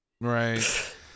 Right